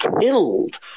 killed